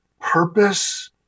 purpose